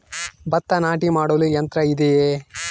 ಭತ್ತ ನಾಟಿ ಮಾಡಲು ಯಂತ್ರ ಇದೆಯೇ?